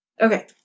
Okay